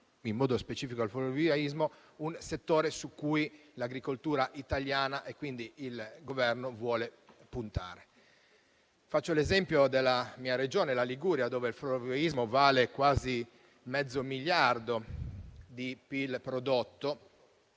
in modo specifico al florovivaismo, e uno su cui l'agricoltura italiana e il Governo intendono puntare. Faccio l'esempio della mia Regione, la Liguria, dove il florovivaismo vale quasi mezzo miliardo di PIL prodotto